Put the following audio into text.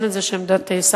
שעמדתי היתה בעד.